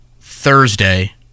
Thursday